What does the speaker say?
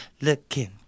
Looking